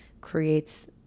creates